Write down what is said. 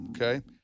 Okay